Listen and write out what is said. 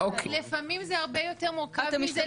לפעמים זה הרבה יותר מורכב מזה,